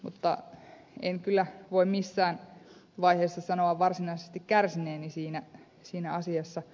mutta en kyllä voi missään vaiheessa sanoa varsinaisesti kärsineeni siinä asiassa